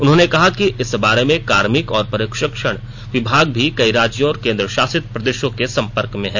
उन्होंने कहा कि इस बारे में कार्मिक और प्रशिक्षण विभाग भी कई राज्यों और केंद्र शासित प्रदेशों के संपर्क में हैं